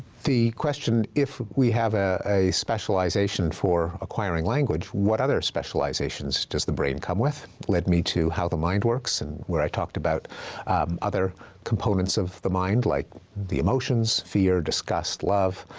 the question, question, if we have ah a specialization for acquiring language, what other specializations does the brain come with, led me to how the mind works and where i talked about other components of the mind, like the emotions, fear, disgust, love,